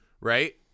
right